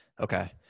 Okay